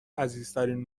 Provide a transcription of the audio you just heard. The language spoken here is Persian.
عزیزترین